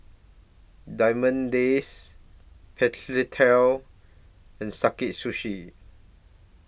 Diamond Days and Sakae Sushi